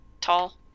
tall